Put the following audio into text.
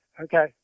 Okay